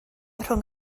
rhwng